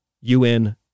UN